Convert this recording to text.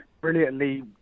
brilliantly